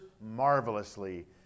marvelously